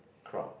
crowd